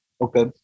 okay